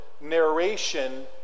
narration